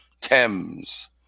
Thames